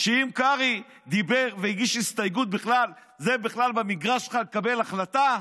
אם קרעי דיבר והגיש הסתייגות זה בכלל במגרש שלך לקבל החלטה?